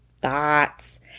thoughts